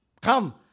Come